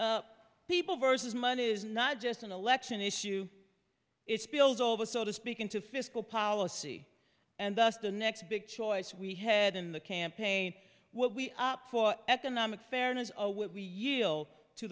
the people versus money is not just an election issue it spills over so to speak into fiscal policy and thus the next big choice we had in the campaign what we opt for economic fairness